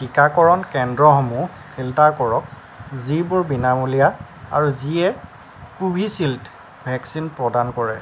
টীকাকৰণ কেন্দ্ৰসমূহ ফিল্টাৰ কৰক যিবোৰ বিনামূলীয়া আৰু যিয়ে কোভিচিল্ড ভেকচিন প্ৰদান কৰে